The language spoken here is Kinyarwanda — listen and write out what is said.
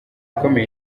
ikomeye